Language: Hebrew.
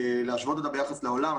להשוות אותן ביחס לעולם.